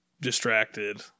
distracted